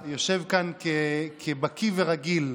אתה יושב כאן כבקי ורגיל,